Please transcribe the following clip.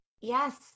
Yes